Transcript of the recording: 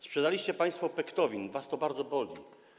Sprzedaliście państwo Pektowin, was to bardzo boli.